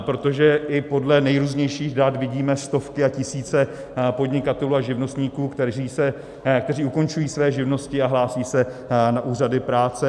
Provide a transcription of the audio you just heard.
Protože i podle nejrůznějších dat vidíme stovky a tisíce podnikatelů a živnostníků, kteří ukončují své živnosti a hlásí se na úřady práce.